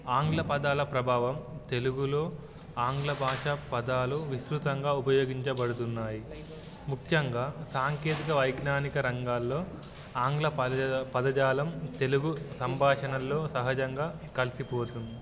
ఆంగ్ల పదాల ప్రభావం తెలుగులో ఆంగ్ల భాష పదాలు విస్తృతంగా ఉపయోగించబడుతున్నాయి ముఖ్యంగా సాంకేతిక వైజ్ఞానిక రంగాల్లో ఆంగ్ల పదజాలం తెలుగు సంభాషణల్లో సహజంగా కలిసిపోతుంది